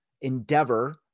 endeavor